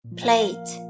plate